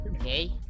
Okay